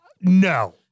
no